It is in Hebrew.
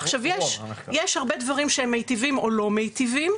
עכשיו, יש הרבה דברים שהם מיטיבים או לא מיטיבים,